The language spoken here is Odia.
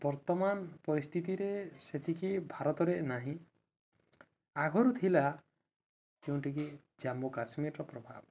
ବର୍ତ୍ତମାନ ପରିସ୍ଥିତିରେ ସେତିକି ଭାରତରେ ନାହିଁ ଆଗରୁ ଥିଲା ଯେଉଁଠିକି ଜାମ୍ମୁ କାଶ୍ମୀରର ପ୍ରଭାବ